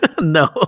No